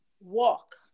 walk